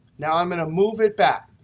now i'm going to move it back.